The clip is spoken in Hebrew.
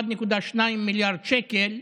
1.2 מיליארד שקל,